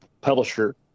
publisher